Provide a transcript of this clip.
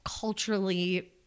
culturally